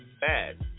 bad